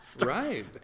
right